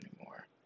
anymore